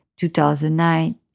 2009